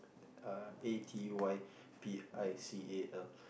uh A T Y P I C A L